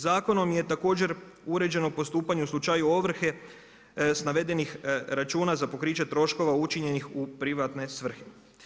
Zakonom je također uređeno postupanje u slučaju ovrhe s navedenih računa za pokriće troškova učinjenih u privatne svrhe.